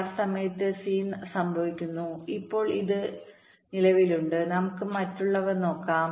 6 സമയത്ത് സി സംഭവിക്കുന്നു ഇപ്പോൾ ഇത് ഇപ്പോൾ നിലവിലുണ്ട് നമുക്ക് മറ്റുള്ളവ നോക്കാം